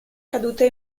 cadute